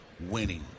winning